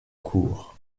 cour